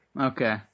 Okay